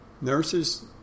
Nurses